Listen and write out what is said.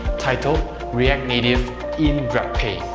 titled react native in grabpay.